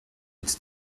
its